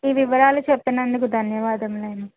ఈ వివరాలు చెప్పినందుకు ధన్యవాదములు